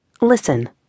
Listen